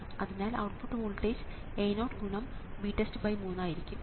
അതിനാൽ output voltage A0×VTEST3 ആയിരിക്കും